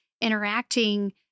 interacting